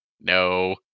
no